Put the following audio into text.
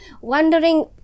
wondering